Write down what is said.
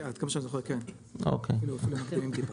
כן, עד כמה שאני זוכר כן, אפילו מקדימים טיפה.